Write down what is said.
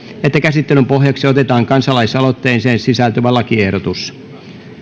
että käsittelyn pohjaksi otetaan kansalaisaloitteeseen sisältyvä lakiehdotus